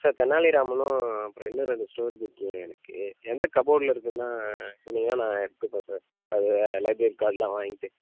sir தெனாலிராமனும் அப்புறம் இன்னும் ரெண்டு ஸ்டோரி புக்கு வேணும் எனக்கு எந்த கபோர்டில் இருக்குதுனா சொன்னிங்கனால் நான் எடுத்துப்பேன் சார் லைப்ரரி கார்டெலாம் வாங்கிவிட்டு